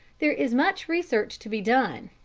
there is much research to be done.